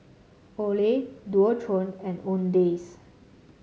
Olay Dualtron and Owndays